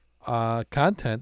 Content